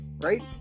right